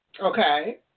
Okay